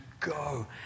go